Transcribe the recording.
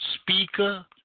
Speaker